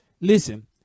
Listen